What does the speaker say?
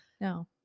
No